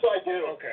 Okay